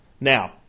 Now